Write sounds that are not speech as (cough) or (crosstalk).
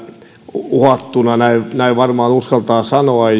uhattuna näin näin varmaan uskaltaa sanoa (unintelligible)